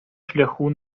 шляху